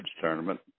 tournament